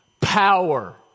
Power